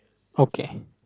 okay